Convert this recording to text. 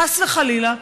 חס וחלילה,